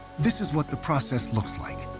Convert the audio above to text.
this is what the process looks like.